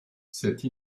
cette